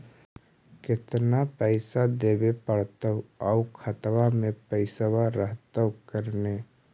केतना पैसा देबे पड़तै आउ खातबा में पैसबा रहतै करने?